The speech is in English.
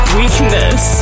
weakness